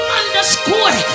underscore